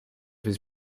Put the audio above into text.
his